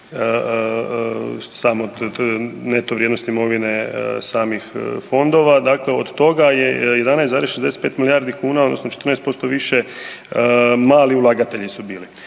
sama neto vrijednost imovine samih fondova, dakle od toga je 11,65 milijardi kuna odnosno 14% više mali ulagatelji su bili.